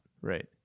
Right